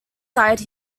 side